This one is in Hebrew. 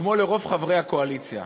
כמו לרוב חברי הקואליציה,